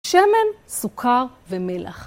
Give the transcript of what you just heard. שמן, סוכר ומלח.